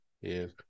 Yes